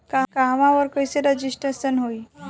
कहवा और कईसे रजिटेशन होई?